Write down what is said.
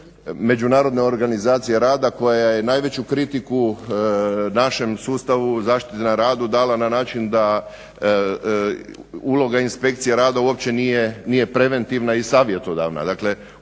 Međunarodne organizacije rada koja je najveću kritiku našem sustavu zaštite na radu dala na način da uloga Inspekcije rada uopće nije preventivna i savjetodavna.